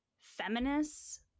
feminists